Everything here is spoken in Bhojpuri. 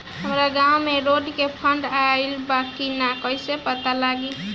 हमरा गांव मे रोड के फन्ड आइल बा कि ना कैसे पता लागि?